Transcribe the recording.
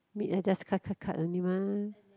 meat I just cut cut cut only mah